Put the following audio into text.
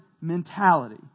mentality